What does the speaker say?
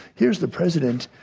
here's the president.